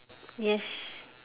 yes